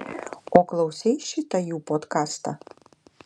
o klausei šitą jų podkastą